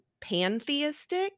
pantheistic